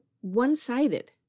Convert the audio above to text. one-sided